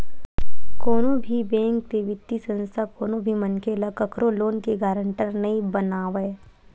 कोनो भी बेंक ते बित्तीय संस्था कोनो भी मनखे ल कखरो लोन के गारंटर नइ बनावय